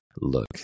look